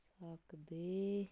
ਸਕਦੇ